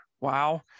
wow